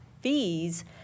fees